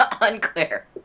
Unclear